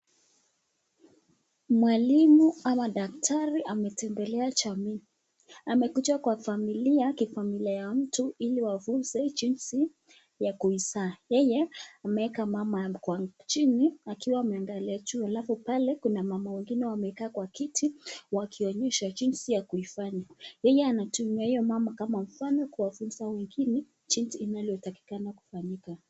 Mwalimu ama Daktari ametembelea jamii. Amekuja kwa familia kifamilia ya mtu ili wafunze jinsi ya kuizaa. Yeye ameweka mama kwa chini akiwa ameangalia juu. Alafu, pale kuna wamama wengine wamekaa kwa kiti wakionyeshwa jinsi ya kuifanya. Yeye anatumia hiyo mama kama mfano kuwafunza wengine jinsi inavyotakikana kufanyika.